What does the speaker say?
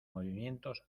movimientos